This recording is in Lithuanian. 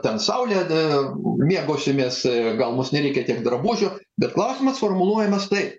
ten saulė da mėgausimės gal mums nereikia tiek drabužių bet klausimas formuluojamas taip